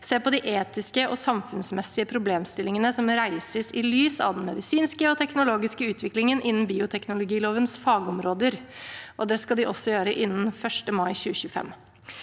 se på de etiske og samfunnsmessige problemstillingene som reises i lys av den medisinske og teknologiske utviklingen innen bioteknologilovens fagområder. Det skal de gjøre innen 1. mai 2025.